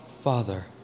Father